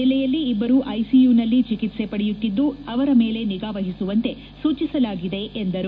ಜಿಲ್ಲೆಯಲ್ಲಿ ಇಬ್ಬರು ಐಸಿಯುನಲ್ಲಿ ಚಿಕಿತ್ಸೆ ಪಡೆಯುತ್ತಿದ್ದು ಅವರ ಮೇಲೆ ನಿಗಾವಹಿಸುವಂತೆ ಸೂಚಿಸಲಾಗಿದೆ ಎಂದರು